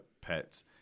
Pets